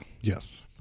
Yes